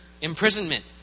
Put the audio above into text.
imprisonment